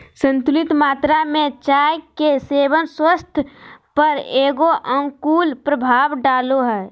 संतुलित मात्रा में चाय के सेवन स्वास्थ्य पर एगो अनुकूल प्रभाव डालो हइ